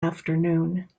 afternoon